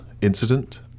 incident